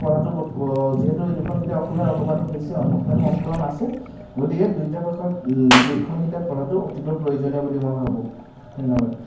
পঢ়াতো বহুত যিহেতু এই দুখন কিতাপ অসমীয়া অনুবাদ হৈছে অসমীয়া সংস্কৰণ আছে গতিকে দুয়োটা ভাষাত দুয়োখন কিতাপ পঢ়াটো অতিকৈ প্ৰয়োজনীয় বুলি মই ভাবোঁ ধন্য়বাদ